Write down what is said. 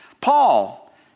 Paul